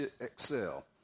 excel